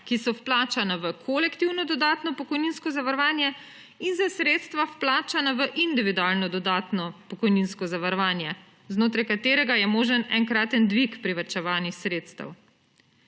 ki so vplačana v kolektivno dodatno pokojninsko zavarovanje, in za sredstva, vplačana v individualno dodatno pokojninsko zavarovanje, znotraj katerega je možen enkratni dvig privarčevanih sredstev.